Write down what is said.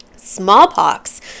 Smallpox